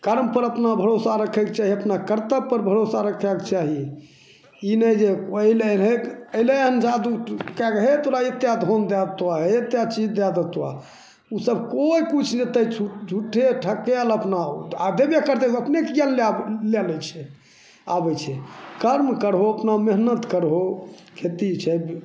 कर्मपर अपना भरोसा रखैके चाही अपना कर्तव्यपर भरोसा रखैके चाही ई नहि कि ओहि पहिलेके रहैके अएलै हँ जादू कैके हइ तोरा एतेक धन दै देतऽ हे एतेक चीज दे देतऽ ओसब कोइ किछु देतै झु झुट्ठे ठकैले अपना आओत आओर देबे करतै तऽ अपने किएक नहि लै ले छै आबै छै कर्म करहो अपना मेहनति करहो खेती छै